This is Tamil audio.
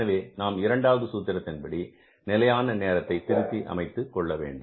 எனவே நாம் இரண்டாவது சூத்திரத்தின் படி நிலையான நேரத்தை திருத்தி அமைத்துக்கொள்ள வேண்டும்